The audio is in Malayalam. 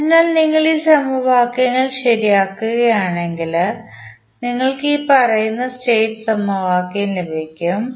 അതിനാൽ നിങ്ങൾ ഈ സമവാക്യങ്ങൾ ശരിയാക്കുകയാണെങ്കിൽ ഞങ്ങൾക്ക് ഇനിപ്പറയുന്ന സ്റ്റേറ്റ് സമവാക്യം ലഭിക്കും